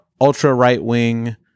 ultra-right-wing